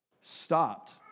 stopped